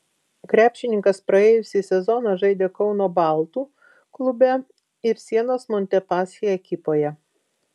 krepšininkas praėjusį sezoną žaidė kauno baltų klube ir sienos montepaschi ekipoje